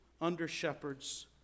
under-shepherds